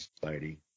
Society